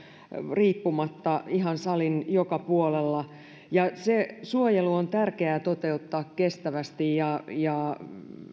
riippumatta ihan salin joka puolella se suojelu on tärkeää toteuttaa kestävästi ja